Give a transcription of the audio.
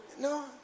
No